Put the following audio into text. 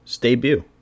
debut